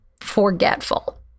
forgetful